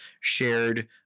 shared